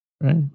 right